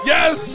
Yes